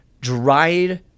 Dried